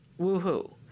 woohoo